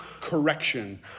correction